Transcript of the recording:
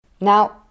Now